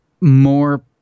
More